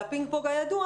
והפינג פונג הידוע